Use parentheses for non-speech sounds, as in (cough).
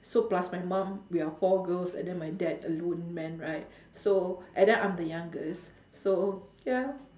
so plus my mum we are four girls and then my dad alone man right (breath) so and then I'm the youngest so ya